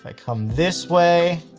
like come this way,